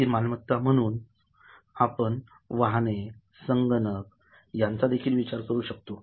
स्थिर मालमत्ता म्हणून आपण वाहने संगणक यांचा देखील विचार करू शकतो